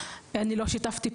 אני לא שיתפתי פעולה,